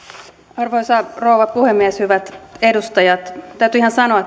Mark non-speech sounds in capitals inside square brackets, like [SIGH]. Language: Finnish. arvoisa rouva puhemies hyvät edustajat täytyy ihan sanoa [UNINTELLIGIBLE]